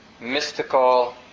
mystical